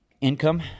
Income